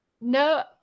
No